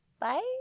Bye